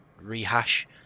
rehash